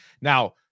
Now